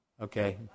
Okay